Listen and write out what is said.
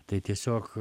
tai tiesiog